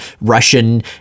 Russian